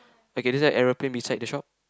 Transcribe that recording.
okay there's one aeroplane beside the shop